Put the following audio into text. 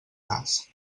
cas